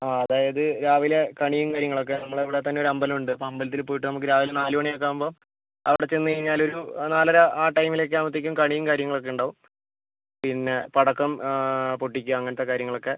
ആ അതായത് രാവിലെ കണിയും കാര്യങ്ങളൊക്കെ നമ്മളെ ഇവിടെത്തന്നെ ഒരു അമ്പലം ഉണ്ട് അപ്പം അമ്പലത്തിൽ പോയിട്ട് നമ്മൾക്ക് രാവിലെ നാല് മണി ഒക്കെ ആവുമ്പോൾ അവിടെ ചെന്ന് കഴിഞ്ഞാൽ ഒരു നാലര ആ ടൈമിൽ ഒക്കെ ആവുമ്പോഴത്തേക്കും കണിയും കാര്യങ്ങളൊക്കെ ഉണ്ടാവും പിന്നെ പടക്കം പൊട്ടിക്കുക അങ്ങനത്തെ കാര്യങ്ങളൊക്കെ